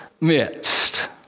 midst